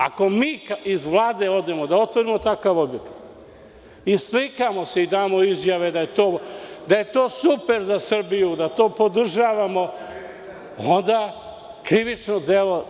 Ako mi iz Vlade odemo da otvorimo takav objekat, slikamo se i damo izjave da je to super za Srbiju, da to podržavamo, to je krivično delo.